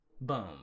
Boom